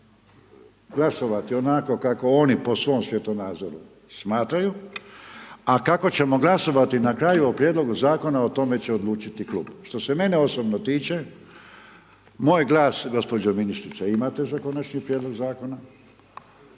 glasovati onako kako oni po svom svjetonazoru smatraju, a kako ćemo glasovati na kraju o prijedlogu Zakona, o tome će odlučiti klub. Što se mene osobno tiče, moj glas gospođo ministrice, imate za konačni prijedlog zakona,